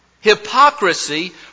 Hypocrisy